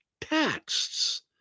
texts